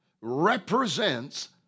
represents